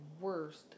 worst